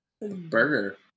burger